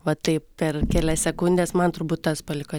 va taip per kelias sekundes man turbūt tas paliko